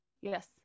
Yes